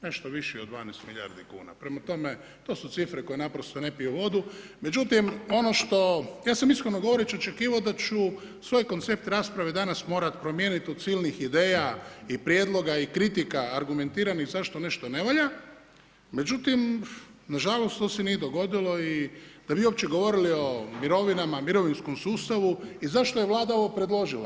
Nešto viši od 12 milijardi kuna, prema tome to su cifre koje naprosto ne piju vodu, međutim, ono što, ja sam iskreno govoreći očekivao da ću svoj koncept rasprave danas morati promijeniti od silnih ideja i prijedloga i kritika, argumentiranih, zašto nešto ne valja, međutim, nažalost to se nije dogodilo i da bi uopće govorili o mirovina, mirovinskom sustavu i zašto je Vlada ovo predložila.